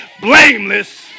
blameless